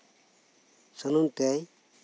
ᱥᱩᱱᱩᱢ ᱛᱮᱭ ᱢᱟᱹᱞᱤᱥ